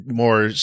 more